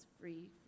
free